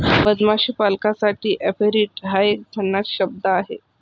मधमाशी पालकासाठी ऍपेरिट हा एक भन्नाट शब्द आहे